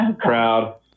crowd